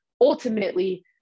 ultimately